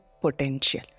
potential